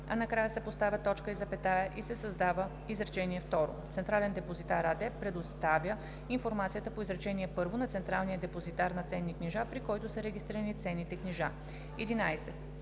а накрая се поставя точка и запетая и се създава изречение второ: „Централен депозитар“ АД предоставя информацията по изречение първо на централния депозитар на ценни книжа, при който са регистрирани ценните книжа.“ 11.